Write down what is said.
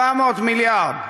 400 מיליארד.